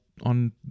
on